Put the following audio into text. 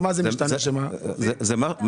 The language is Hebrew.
מה